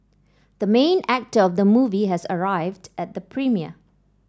the main actor of the movie has arrived at the premiere